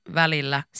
välillä